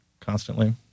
Constantly